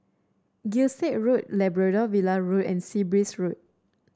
Gilstead Road Labrador Villa Road and Sea Breeze Road